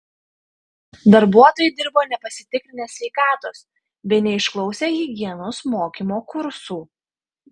darbuotojai dirbo nepasitikrinę sveikatos bei neišklausę higienos mokymo kursų